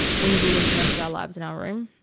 we lived most of our lives in our room.